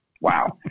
wow